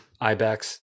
IBEX